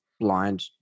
blind